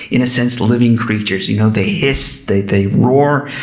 in a sense, living creatures. you know they hiss. they they roar.